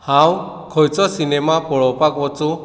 हांव खंयचो सिनेमा पळोवपाक वचूं